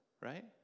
right